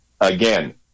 Again